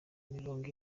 mirongo